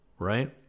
right